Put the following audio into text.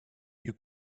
you